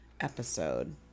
Episode